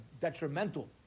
detrimental